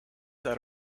that